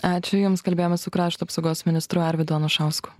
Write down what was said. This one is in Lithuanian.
ačiū jums kalbėjome su krašto apsaugos ministru arvydu anušausku